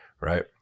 Right